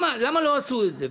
למה לא עשו את זה?